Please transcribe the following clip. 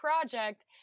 project